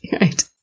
Right